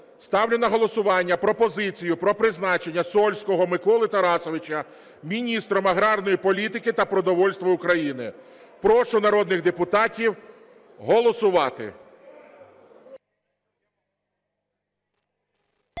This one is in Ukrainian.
ставлю на голосування пропозицію про призначення Сольського Миколи Тарасовича Міністром аграрної політики та продовольства України. Прошу народних депутатів голосувати.